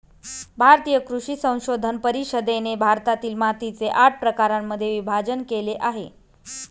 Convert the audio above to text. भारतीय कृषी संशोधन परिषदेने भारतातील मातीचे आठ प्रकारांमध्ये विभाजण केले आहे